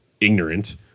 ignorant